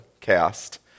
cast